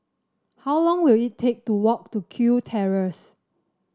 how long will it take to walk to Kew Terrace